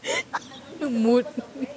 the mood